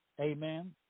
amen